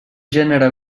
gènere